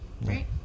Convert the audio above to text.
right